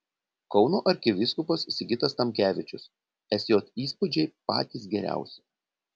kauno arkivyskupas sigitas tamkevičius sj įspūdžiai patys geriausi